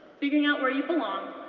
figuring out where you belong,